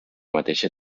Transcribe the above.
mateixa